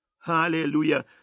Hallelujah